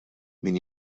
min